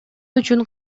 үчүн